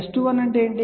S21 అంటే ఏమిటి